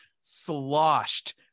sloshed